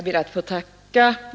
Herr talman!